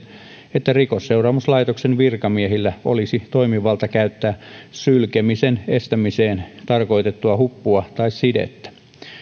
että rikosseuraamuslaitoksen virkamiehillä olisi toimivalta käyttää sylkemisen estämiseen tarkoitettua huppua tai sidettä